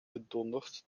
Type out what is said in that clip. gedonderd